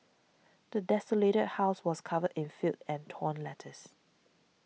the desolated house was covered in filth and torn letters